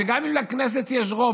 גם אם לכנסת יש רוב,